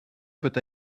but